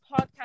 podcast